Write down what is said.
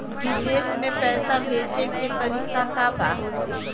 विदेश में पैसा भेजे के तरीका का बा?